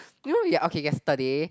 you know ya okay yesterday